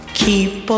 keep